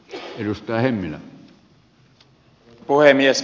arvoisa puhemies